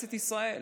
כנסת ישראל.